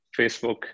Facebook